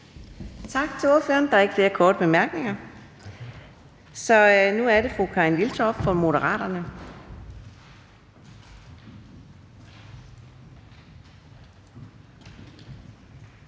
Tak til ordføreren. Der er ikke flere korte bemærkninger, så nu er det fru Karin Liltorp fra Moderaterne.